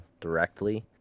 directly